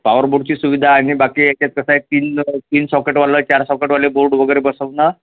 पावरबोर्डची सुविधा आणि बाकी याच्यात कसं आहे तीन तीन सॉकेटवालं चार सॉकेटवाले बोर्ड वगैरे बसवणार